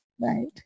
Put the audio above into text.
Right